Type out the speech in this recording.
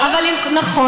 נכון.